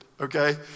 Okay